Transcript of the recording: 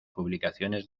publicaciones